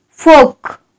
Folk